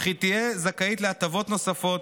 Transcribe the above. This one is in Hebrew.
וכי תהיה זכאית להטבות נוספות,